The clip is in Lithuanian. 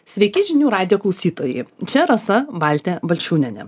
sveiki žinių radijo klausytojai čia rasa valtė balčiūnienė